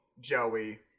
Joey